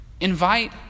Invite